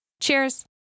Cheers